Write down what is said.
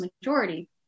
majority